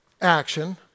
action